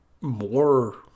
more